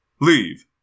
leave